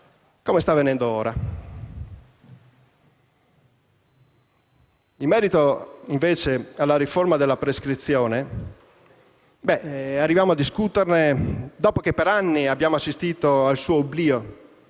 come sta avvenendo ora. In merito alla riforma della prescrizione, arriviamo a discuterne dopo che per anni abbiamo assistito al suo oblio